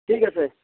ঠিক আছে